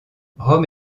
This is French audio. rome